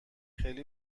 خیلی